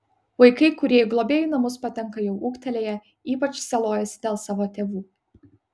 vaikai kurie į globėjų namus patenka jau ūgtelėję ypač sielojasi dėl savo tėvų